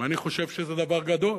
אני חושב שזה דבר גדול.